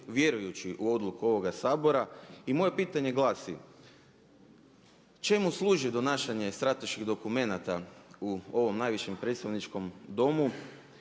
vjerujući u odluku ovoga Sabora i moje pitanje glasi. Čemu služi donašanje strateških dokumenata u ovom najvišem predstavničkom Domu